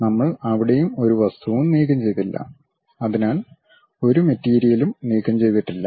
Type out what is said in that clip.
നമ്മൾ അവിടെ ഒരു വസ്തുവും നീക്കം ചെയ്തില്ല അതിനാൽ ഒരു മെറ്റീരിയലും നീക്കം ചെയ്തിട്ടില്ല